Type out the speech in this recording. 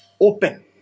open